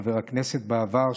חבר הכנסת בעבר,